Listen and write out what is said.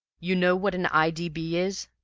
you know what an i. d. b. is?